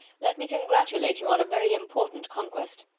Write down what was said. let me congratulate you on a very important conquest.